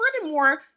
furthermore